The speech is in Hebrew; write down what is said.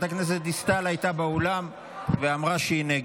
הכנסת דיסטל הייתה באולם ואמרה שהיא נגד.